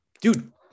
Dude